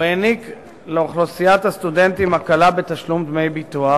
הוא העניק לאוכלוסיית הסטודנטים הקלה בתשלום דמי ביטוח